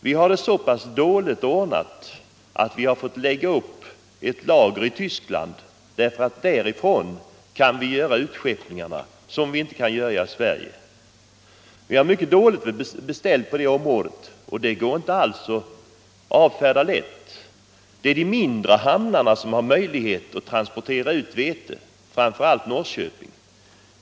Vi har det så dåligt ordnat att vi har fått lägga upp lager i Tyskland. Därifrån kan vi nämligen göra utskeppningar som vi inte kan göra från Sverige. Vi har det mycket dåligt beställt på det området, och det går inte att helt lätt avfärda den omständigheten. De mindre hamnarna har möjlighet att transportera ut vete, framför allt Norrköping.